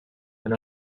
and